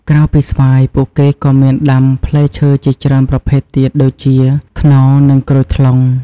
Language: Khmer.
ក្រៅពីស្វាយ ពួកគេក៏មានដាំផ្លែឈើជាច្រើនប្រភេទទៀតដូចជាខ្នុរនិងក្រូចថ្លុង។